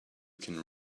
can